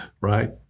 Right